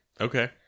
Okay